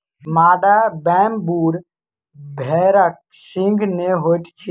मादा वेम्बूर भेड़क सींघ नै होइत अछि